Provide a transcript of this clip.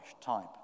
type